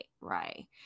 right